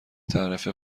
تعرفه